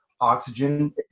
oxygen